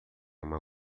uma